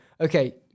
Okay